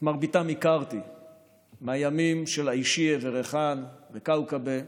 את מרביתם הכרתי מהימים של עישייה וריחן וכאוכבא.